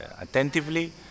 attentively